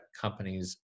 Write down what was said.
companies